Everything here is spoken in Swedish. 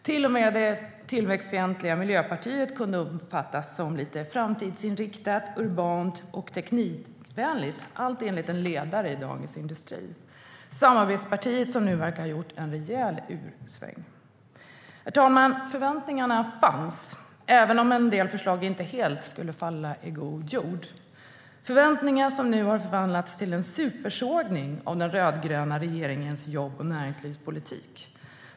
Till och med det tillväxtfientliga Miljöpartiet kunde uppfattas som lite framtidsinriktat, urbant och teknikvänligt - allt enligt en ledare i Dagens Industri. Samarbetspartiet verkar nu ha gjort en rejäl U-sväng. Herr talman! Förväntningarna fanns, även om en del förslag inte helt skulle falla i god jord. Förväntningarna har nu förvandlats till en supersågning av den rödgröna regeringens jobb och näringslivspolitik.